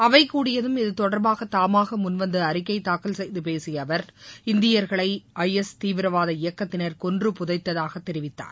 அவைக்கூடியதும் இதுதொடர்பாக தாமாக முன்வந்து அறிக்கை தூக்கல் செய்து பேசிய அவர் இந்தியர்களை ஐஎஸ் தீவிரவாத இயக்கத்தினர் கொன்று புதைத்ததாக தெரிவித்தார்